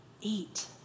Eat